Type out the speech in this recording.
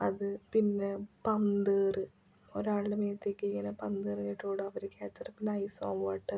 അത് പിന്നെ പന്തേറ് ഒരാളുടെ മേത്തേക്കിങ്ങനെ പന്ത് എറിഞ്ഞിട്ടോടുക അവർ ക്യാച്ചെട് പിന്നെ ഐസോ വാട്ടർ